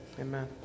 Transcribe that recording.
Amen